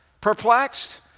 perplexed